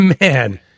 Man